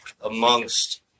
amongst